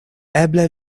eble